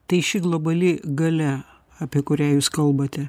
tai ši globali galia apie kurią jūs kalbate